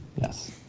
Yes